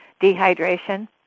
dehydration